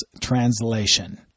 translation